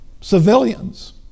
civilians